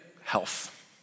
health